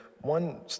one